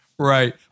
Right